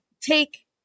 take